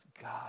God